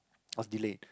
was delayed